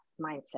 mindset